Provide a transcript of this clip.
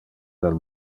del